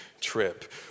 trip